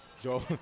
Joe